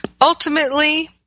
Ultimately